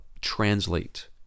translate